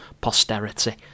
posterity